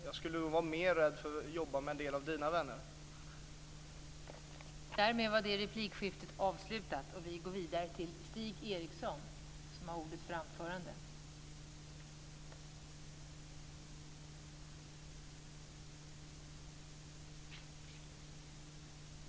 Jag skulle nog vara mer rädd för att jobba ihop med en del av